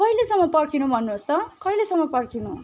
कहिलेसम्म पर्खिने भन्नुहोस् त कहिलेसम्म पर्खिनु